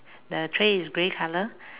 the tray is grey color